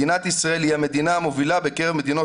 מדינת ישראל היא המדינה המובילה בקרב מדינות